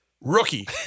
rookie